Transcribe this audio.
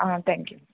thank you